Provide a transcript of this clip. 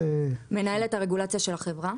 מנהלת הרגולציה של החברה.